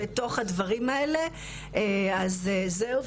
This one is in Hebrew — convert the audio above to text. -- בתוך הדברים האלה אז זהו,